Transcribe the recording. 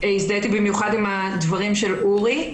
הזדהיתי במיוחד עם הדברים של אורי,